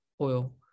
oil